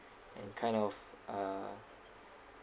and kind of uh